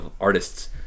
artists